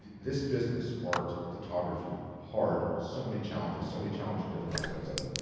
this business, art, photography, hard, so many challenges, so many challenging, different aspects of it.